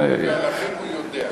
באלפים הוא יודע.